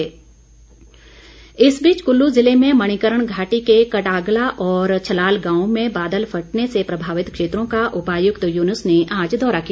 नुकसान जायजा इस बीच कुल्लू ज़िले में मणिकर्ण घाटी के कटागला और छलाल गांवों में बादल फटने से प्रभावित क्षेत्रों का उपायुक्त यूनुस ने आज दौरा किया